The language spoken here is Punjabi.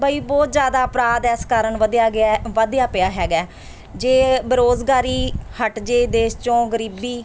ਬਾਈ ਬਹੁਤ ਜ਼ਿਆਦਾ ਅਪਰਾਧ ਇਸ ਕਾਰਨ ਵਧਿਆ ਗਿਆ ਵਧਿਆ ਪਿਆ ਹੈਗਾ ਜੇ ਬੇਰੁਜ਼ਗਾਰੀ ਹੱਟ ਜਾਵੇ ਦੇਸ਼ 'ਚੋਂ ਗਰੀਬੀ